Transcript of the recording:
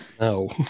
No